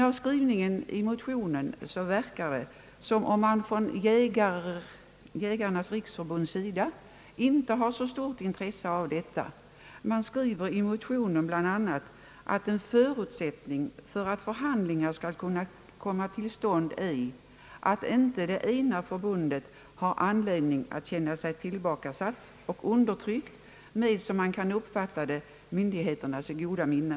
Av skrivningen i motionen verkar det som om man från Jägarnas riksförbunds sida inte har så stort intresse för en sådan samverkan. Man skriver i motionen bl.a., att en förutsättning för förhandlingar är att inte det ena förbundet har anledning att känna sig tillbakasatt och undertryckt med, som man kan uppfatta det, myndigheternas goda minne.